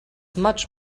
much